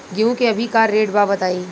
गेहूं के अभी का रेट बा बताई?